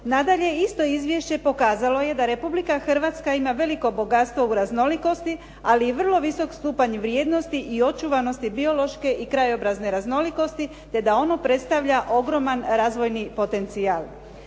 Nadalje, isto izvješće pokazalo je da Republika Hrvatska ima veliko bogatstvo u raznolikosti ali i vrlo visok stupanj vrijednosti i očuvanosti biološke i krajobrazne raznolikosti te da ono predstavlja ogroman razvojni potencijal.